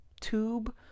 tube